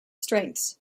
strengths